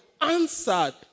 answered